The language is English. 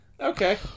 Okay